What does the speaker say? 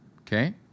okay